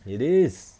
it is